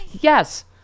yes